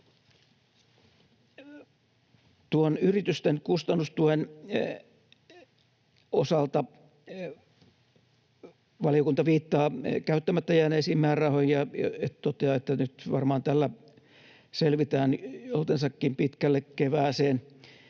yritysten kustannustuen osalta valiokunta viittaa käyttämättä jääneisiin määrärahoihin ja toteaa, että nyt varmaan tällä selvitään joltensakin pitkälle kevääseen.